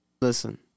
listen